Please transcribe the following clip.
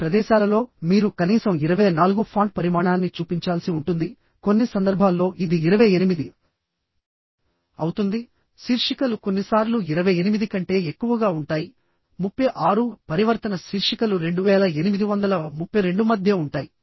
కొన్ని ప్రదేశాలలో మీరు కనీసం 24 ఫాంట్ పరిమాణాన్ని చూపించాల్సి ఉంటుంది కొన్ని సందర్భాల్లో ఇది 28 అవుతుంది శీర్షికలు కొన్నిసార్లు 28 కంటే ఎక్కువగా ఉంటాయి36పరివర్తన శీర్షికలు 2832 మధ్య ఉంటాయి